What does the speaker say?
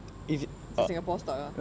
singapore stock ah